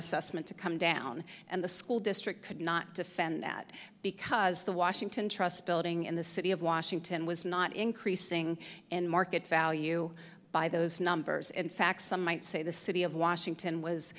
assessment to come down and the school district could not defend that because the washington trust building in the city of washington was not increasing in market value by those numbers in fact some might say the city of washington was